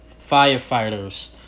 firefighters